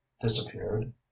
disappeared